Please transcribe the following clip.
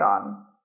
on